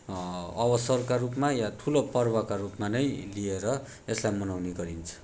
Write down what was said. अवसरका रूपमा वा ठुलो पर्वका रूपमा नै लिएर यसलाई मनाउने गरिन्छ